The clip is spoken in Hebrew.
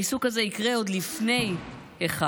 הריסוק הזה יקרה עוד לפני החג,